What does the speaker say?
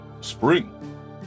spring